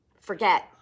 forget